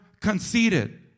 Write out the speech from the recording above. conceited